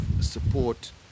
support